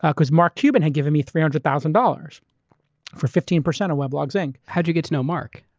because mark cuban had given me three hundred thousand dollars for fifteen percent of weblogs inc. how'd you get to know mark?